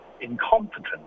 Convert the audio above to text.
incompetent